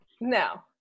No